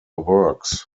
works